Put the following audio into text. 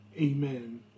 Amen